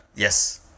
Yes